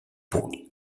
ball